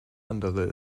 andere